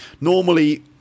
Normally